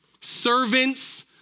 servants